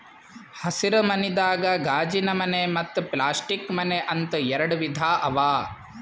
ಹಸಿರ ಮನಿದಾಗ ಗಾಜಿನಮನೆ ಮತ್ತ್ ಪ್ಲಾಸ್ಟಿಕ್ ಮನೆ ಅಂತ್ ಎರಡ ವಿಧಾ ಅವಾ